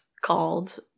called